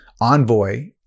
envoy